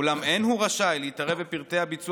אולם אין הוא רשאי להתערב בתנאי הביצוע